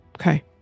Okay